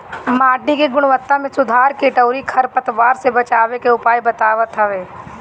माटी के गुणवत्ता में सुधार कीट अउरी खर पतवार से बचावे के उपाय बतावत हवे